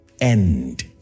end